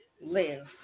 live